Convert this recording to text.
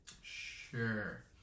Sure